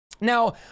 now